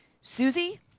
Susie